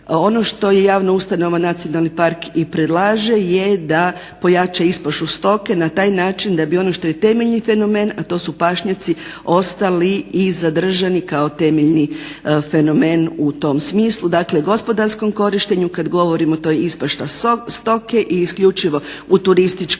Ono što je javna ustanova nacionalni park i predlaže je da pojača ispašu stoke na taj način da bi ono što je temeljni fenomen, a to su pašnjaci ostali i zadržani kao temeljni fenomen u tom smislu. Dakle, gospodarskom korištenju. Kad govorim to je ispaša stoke i isključivo u turističke svrhe,